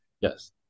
yes